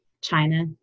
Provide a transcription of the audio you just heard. China